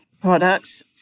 products